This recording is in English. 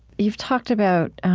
you've talked about